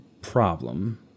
problem